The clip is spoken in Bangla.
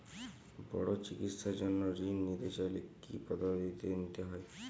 বড় চিকিৎসার জন্য ঋণ নিতে চাইলে কী কী পদ্ধতি নিতে হয়?